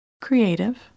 creative